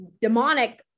demonic